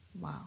Wow